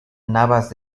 navas